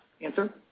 answer